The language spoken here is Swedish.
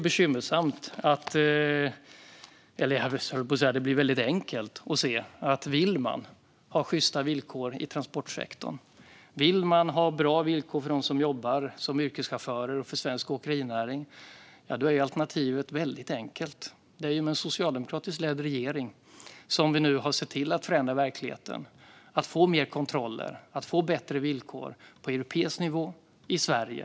Det gör det väldigt enkelt att se att om man vill ha sjysta villkor i transportsektorn och bra villkor för dem som jobbar som yrkeschaufförer och för svensk åkerinäring, ja, då är alternativet väldigt tydligt. Det är med en socialdemokratiskt ledd regering som vi har sett till att förändra verkligheten och få mer kontroller och bättre villkor på europeisk nivå och i Sverige.